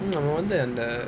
no other than the